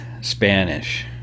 Spanish